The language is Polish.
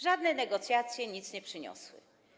Żadne negocjacje nic nie przyniosły.